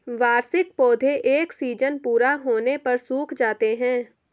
वार्षिक पौधे एक सीज़न पूरा होने पर सूख जाते हैं